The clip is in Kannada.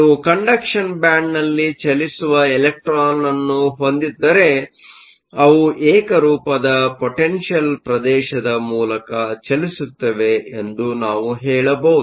ನೀವು ಕಂಡಕ್ಷನ್ ಬ್ಯಾಂಡ್ನಲ್ಲಿ ಚಲಿಸುವ ಎಲೆಕ್ಟ್ರಾನ್ಗಳನ್ನು ಹೊಂದಿದ್ದರೆ ಅವು ಏಕರೂಪದ ಪೊಟೆನ್ಷಿಯಲ್ ಪ್ರದೇಶದ ಮೂಲಕ ಚಲಿಸುತ್ತಿವೆ ಎಂದು ನಾವು ಹೇಳಬಹುದು